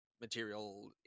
material